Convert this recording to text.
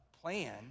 plan